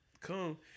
come